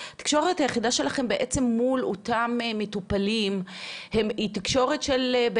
התקשורת היחידה שלכם בעצם מול אותם מטופלים היא בעצם